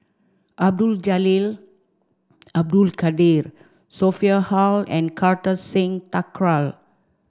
Abdul Jalil Abdul Kadir Sophia Hull and Kartar Singh Thakral